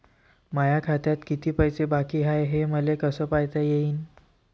माया खात्यात किती पैसे बाकी हाय, हे मले कस पायता येईन?